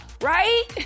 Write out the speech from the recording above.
Right